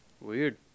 Weird